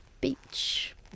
Beach